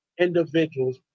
individuals